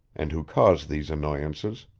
and who cause these annoyances.